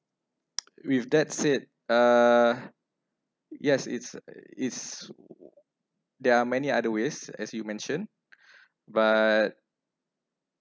with that said uh yes it's it's there are many other ways as you mentioned but